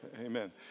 Amen